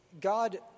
God